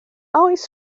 oes